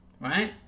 right